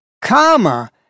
comma